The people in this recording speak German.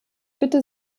bitte